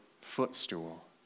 footstool